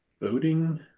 voting